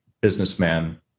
businessman